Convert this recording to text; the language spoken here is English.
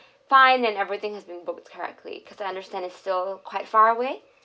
fine and everything has been booked correctly because I understand is still quite far away